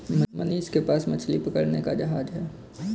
मनीष के पास मछली पकड़ने का जहाज है